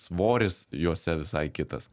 svoris juose visai kitas